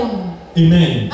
Amen